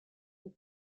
des